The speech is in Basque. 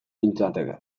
nintzateke